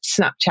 Snapchat